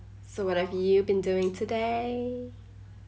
so what have you been doing today